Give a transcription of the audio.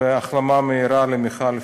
ואיחולי החלמה מהירה למיכל פרומן.